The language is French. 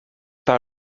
par